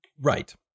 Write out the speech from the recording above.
right